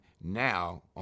now